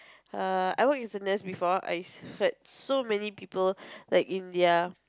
err I work in before I heard so many people like in their